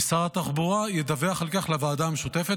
ושר התחבורה ידווח על כך לוועדה המשותפת